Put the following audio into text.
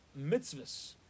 mitzvahs